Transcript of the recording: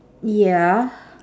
ya